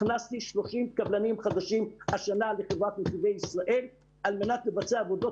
הכנסנו 30 קבלנים חדשים השנה לחברת נתיבי ישראל על מנת לבצע עבודות